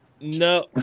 No